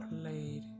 played